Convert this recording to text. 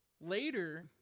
later